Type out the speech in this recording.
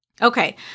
Okay